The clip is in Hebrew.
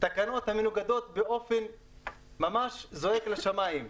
תקנות המנוגדות באופן זועק לשמים,